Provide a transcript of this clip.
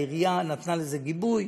העירייה נתנה לזה גיבוי,